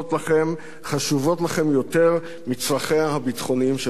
חשובות לכם יותר מצרכיה הביטחוניים של ישראל.